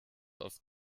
auf